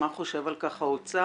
מה חושב על כך האוצר,